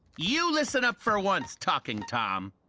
you listen up for once, talking tom!